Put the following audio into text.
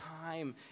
time